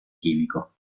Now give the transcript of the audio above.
chimico